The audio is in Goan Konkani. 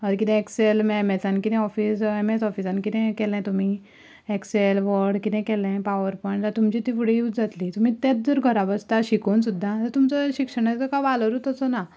ओर कितें एक्सेल मागीर एम एसआन कितें ऑफीस वा एम एस ऑफिसांत कितें हें केलें तुमी एक्सेल वर्ड कितें केलें पावरपोयंट जाल्यार तुमची ती फुडें यूज जातली मागीर तेंच जर घरा बसता शिकून सुद्दां जाल्यार तुमचो शिक्षणाचो कांय वालोरूच असो ना